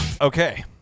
Okay